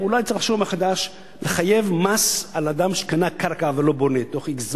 אולי צריך לחשוב מחדש ולחייב במס אדם שקנה קרקע ולא בונה בתוך פרק זמן,